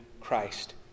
Christ